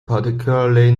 particularly